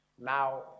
Now